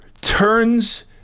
turns